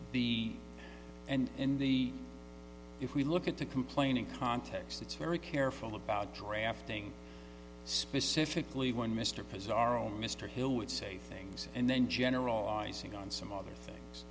b and in the if we look at the complaining context it's very careful about drafting specifically when mr president oh mr hill would say things and then generalizing on some other things